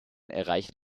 erreicht